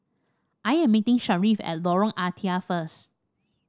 I am meeting Sharif at Lorong Ah Thia first